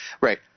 right